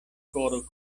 koro